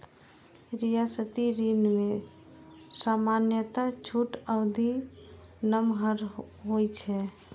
रियायती ऋण मे सामान्यतः छूट अवधि नमहर होइ छै